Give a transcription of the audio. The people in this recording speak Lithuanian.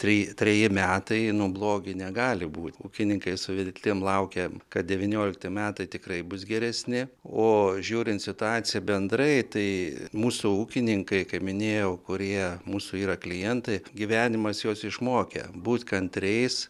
treji treji metai nu blogi negali būt ūkininkai su viltim laukia kad devyniolikti metai tikrai bus geresni o žiūrint situaciją bendrai tai mūsų ūkininkai kaip minėjau kurie mūsų yra klientai gyvenimas juos išmokė būt kantriais